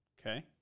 Okay